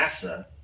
NASA